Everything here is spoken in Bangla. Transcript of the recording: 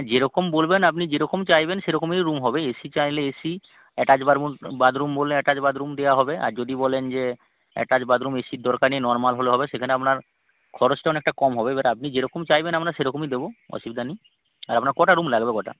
যেরকম বলবেন আপনি যেরকম চাইবেন সেরকমই রুম হবে এসি চাইলে এসি অ্যাটাচ বাথরুম বললে অ্যাটাচ বাথরুম দেওয়া হবে আর যদি বলেন যে অ্যাটাচ বাথরুম এসির দরকার নেই নরম্যাল হলে হবে সেখানে আপনার খরচটা অনেকটা কম হবে বাট আপনি যেরকম চাইবেন আমরা সেরকমই দেব অসুবিধা নেই আর আপনার কটা রুম লাগবে কটা